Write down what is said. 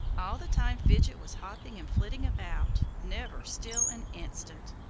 all the time fidget was hopping and flitting about, never still an instant.